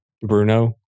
Bruno